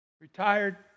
Retired